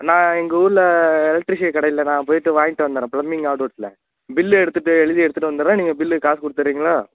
நான் எங்கள் ஊரில் எலக்ட்ரீஷியன் கடையில் நான் போயிட்டு வாங்கிட்டு வந்துர்றேன் ப்ளம்பிங் ஹார்ட்வேர்ஸில் பில்லெடுத்துட்டு எழுதி எடுத்துகிட்டு வந்துடறேன் நீங்கள் பில்லு காசு கொடுத்துட்றீங்களா